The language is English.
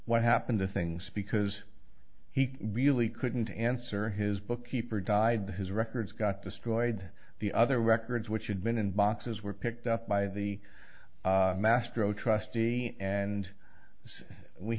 what happened to things because he really couldn't answer his bookkeeper died his records got destroyed the other records which had been in boxes were picked up by the